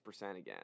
again